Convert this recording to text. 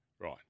Right